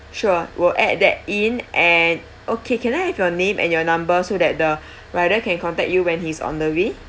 sure will add that in and okay can I have your name and your numbers so that the rider can contact you when he's on the way